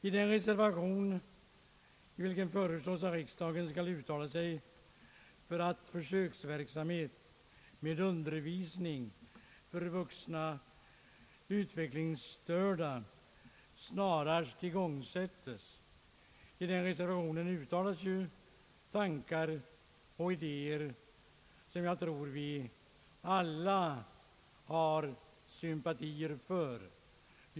I den reservation, i vilken det föreslås att riksdagen skall uttala sig för att en försöksverksamhet med undervisning för vuxna utvecklingsstörda snarast igångsättes, utvecklas ju tankar och idéer som jag tror att vi alla har sympatier för.